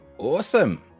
awesome